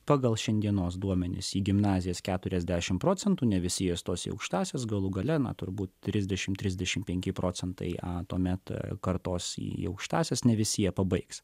pagal šiandienos duomenis į gimnazijas keturiasdešimt procentų ne visi jie stos į aukštąsias galų gale na turbūt trisdešimt trisdešimt penki procentai tuomet kartos į aukštąsias ne visi jie pabaigs